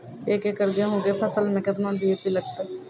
एक एकरऽ गेहूँ के फसल मे केतना डी.ए.पी लगतै?